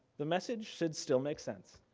the message should still make sense.